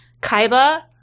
Kaiba